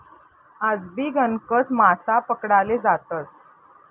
आजबी गणकच मासा पकडाले जातस